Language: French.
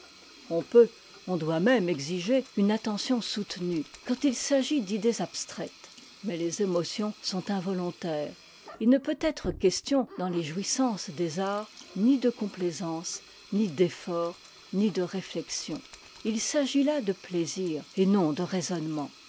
on peut on doit même exiger une attention soutenue quand il s'agit d'idées abstraites mais les émotions sont involontaires il ne peut être question dans les jouissances des arts ni de complaisance ni d'efforts ni de réflexion il s'agit là de plaisir et non de raisonnement